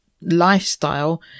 lifestyle